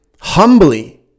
humbly